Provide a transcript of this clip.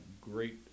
great